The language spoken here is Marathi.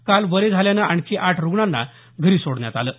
काल बरे झाल्यामुळे आणखी आठ रुग्णांना घरी सोडण्यात आलं आहे